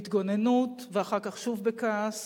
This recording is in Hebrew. בהתגוננות ואחר כך שוב בכעס.